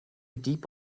deep